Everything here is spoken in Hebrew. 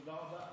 תודה רבה.